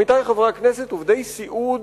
עמיתי חברי הכנסת, עובדי סיעוד